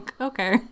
okay